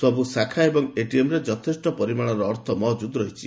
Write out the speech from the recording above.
ସବୁ ଶାଖା ଏବଂ ଏଟିଏମ୍ରେ ଯଥେଷ୍ଟ ପରିମାଣର ଅର୍ଥ ମହକ୍କୁଦ ରହିଛି